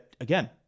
again